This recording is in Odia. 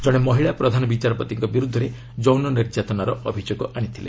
ଜଣେ ମହିଳା ପ୍ରଧାନ ବିଚାରପତିଙ୍କ ବିରୁଦ୍ଧରେ ଯୌନ ନିର୍ଯାତନାର ଅଭିଯୋଗ ଆଣିଥିଲେ